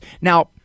Now